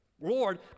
Lord